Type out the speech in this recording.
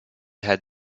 had